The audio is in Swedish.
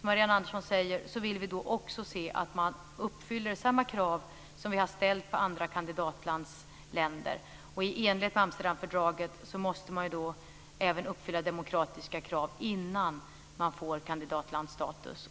som Marianne Andersson säger, se att Turkiet uppfyller samma krav som vi har ställt på andra kandidatländer. I enlighet med Amsterdamfördraget måste man då även uppfylla demokratiska krav innan man får kandidatlandsstatus.